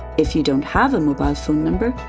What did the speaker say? if you don't have a mobile phone number,